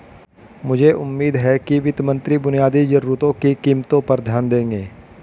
मुझे उम्मीद है कि वित्त मंत्री बुनियादी जरूरतों की कीमतों पर ध्यान देंगे